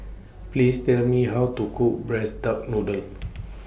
Please Tell Me How to Cook Braised Duck Noodle